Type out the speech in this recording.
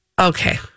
Okay